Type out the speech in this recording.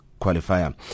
qualifier